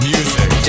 Music